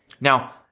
Now